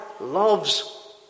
loves